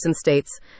states